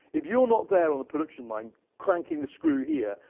if you're not there on the production line cranking the screw here,